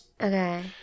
Okay